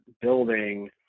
building